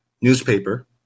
newspaper